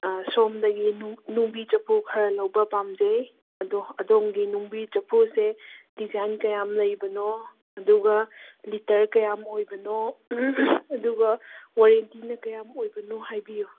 ꯁꯣꯝꯗꯒꯤ ꯅꯨꯡꯕꯤ ꯆꯐꯨ ꯈꯔ ꯂꯧꯕ ꯄꯥꯝꯖꯩ ꯑꯗꯣ ꯑꯗꯣꯝꯒꯤ ꯅꯨꯡꯕꯤ ꯆꯐꯨꯁꯦ ꯗꯤꯖꯥꯏꯟ ꯀꯌꯥꯝ ꯂꯩꯕꯅꯣ ꯑꯗꯨꯒ ꯂꯤꯇꯔ ꯀꯌꯥꯝ ꯑꯣꯏꯕꯅꯣ ꯑꯗꯨꯒ ꯋꯥꯔꯦꯟꯇꯤꯅ ꯀꯌꯥꯝ ꯑꯣꯏꯕꯅꯣ ꯍꯥꯏꯕꯤꯌꯨ